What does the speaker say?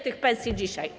tych pensji dzisiaj.